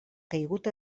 caigut